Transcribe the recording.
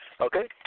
Okay